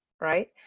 right